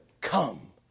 come